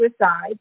suicide